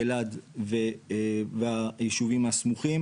אלעד והיישובים הסמוכים,